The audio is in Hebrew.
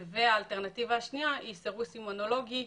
האלטרנטיבה השנייה היא סירוס אימונולוגי,